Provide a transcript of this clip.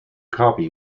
copy